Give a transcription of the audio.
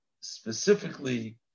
specifically